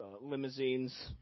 Limousines